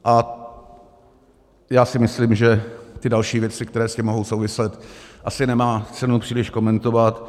A já si myslím, že ty další věci, které s tím mohou souviset, asi nemá cenu příliš komentovat.